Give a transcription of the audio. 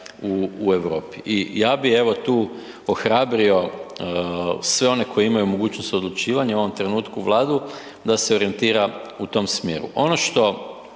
u Europi. I ja bi evo tu ohrabrio sve one koji imaju mogućnost odlučivanja u ovom trenutku Vladu, da se orijentira u tom smjeru. Ono što